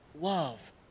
love